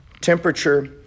temperature